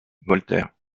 voltaire